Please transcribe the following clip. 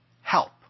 help